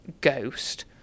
ghost